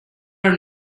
are